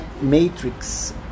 matrix